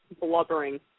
blubbering